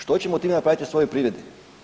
Što ćemo time napraviti svojoj privredi?